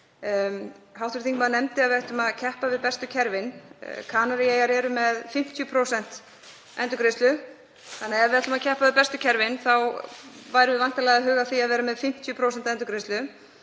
Hv. þingmaður nefndi að við ættum að keppa við bestu kerfin. Kanaríeyjar eru með 50% endurgreiðslu þannig að ef við ætlum að keppa við bestu kerfin þá værum við væntanlega að huga að því að vera með 50% endurgreiðslu.